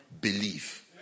Believe